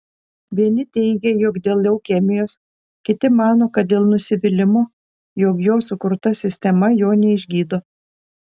vieni teigia jog dėl leukemijos kiti mano kad dėl nusivylimo jog jo sukurta sistema jo neišgydo